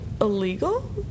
illegal